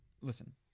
Listen